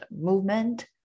movement